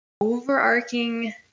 overarching